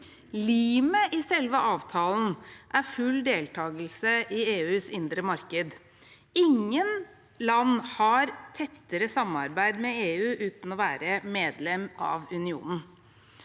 Limet i selve avtalen er full deltakelse i EUs indre marked. Ingen land har tettere samarbeid med EU uten å være medlem av unionen.